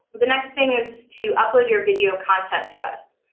the next thing is to upload your video content to us.